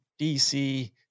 DC